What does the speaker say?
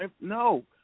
no